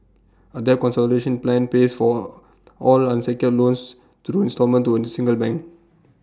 A debt plan pays for all unsecured loans through instalment to A single bank